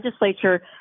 Legislature